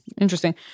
interesting